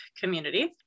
community